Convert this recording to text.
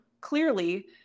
clearly